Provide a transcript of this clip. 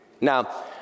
Now